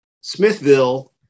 Smithville